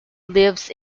lives